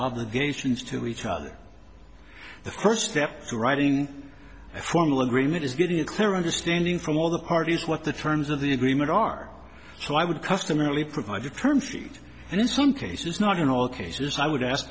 obligations to each other the first step to writing a formal agreement is getting a clear understanding from all the parties what the terms of the agreement are so i would customarily provide your term sheet and in some cases not in all cases i would ask